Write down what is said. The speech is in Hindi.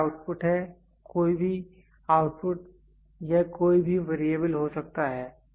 तो यह आउटपुट है कोई भी आउटपुट यह कोई भी वेरिएबल हो सकता है